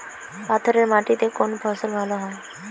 পাথরে মাটিতে কোন ফসল ভালো হয়?